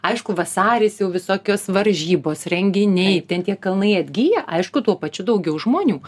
aišku vasaris jau visokios varžybos renginiai ten tie kalnai atgyja aišku tuo pačiu daugiau žmonių